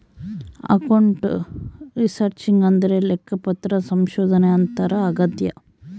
account researching ಅಂದ್ರೆ ಲೆಕ್ಕಪತ್ರ ಸಂಶೋಧನೆ ಅಂತಾರ ಆಗ್ಯದ